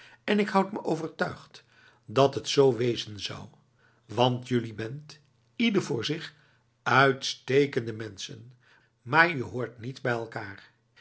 en ik houd me overtuigd dat het zo wezen zou want jullie bent ieder voor zich uitstekende mensen maar je hoort niet bij elkaar